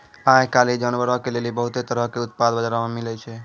आइ काल्हि जानवरो के लेली बहुते तरहो के उत्पाद बजारो मे मिलै छै